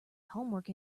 homework